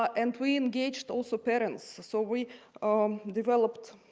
and we engaged also parents so we um developed